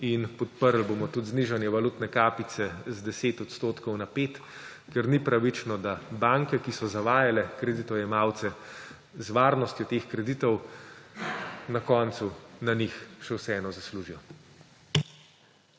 in podprli bomo tudi znižanje valutne kapice z 10 odstotkov na 5, ker ni pravično, da banke, ki so zavajale kreditojemalce z varnostjo teh kreditov, na koncu na njih še vseeno zaslužijo.